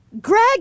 Greg